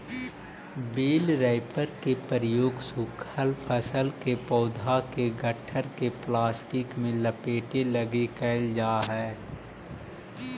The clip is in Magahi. बेल रैपर के प्रयोग सूखल फसल के पौधा के गट्ठर के प्लास्टिक में लपेटे लगी कईल जा हई